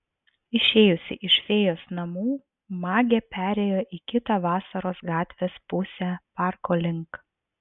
išėjusi iš fėjos namų magė perėjo į kitą vasaros gatvės pusę parko link